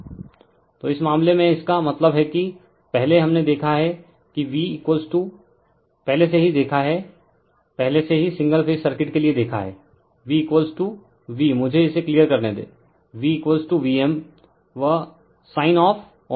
refer slide time 0519 तो इस मामले में इसका मतलब है कि पहले हमने देखा है कि v पहले से ही देखा है पहले से ही सिंगल फेज सर्किट के लिए देखा है v v मुझे इसे क्लियर करने देंv vm sin ऑफ़ t हैं